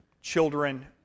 children